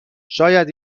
شاید